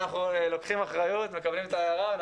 לוקחים אחריות ומקבלים את ההערה.